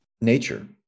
Nature